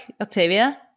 Octavia